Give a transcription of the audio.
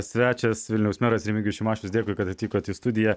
svečias vilniaus meras remigijus šimašius dėkui kad atvykot į studiją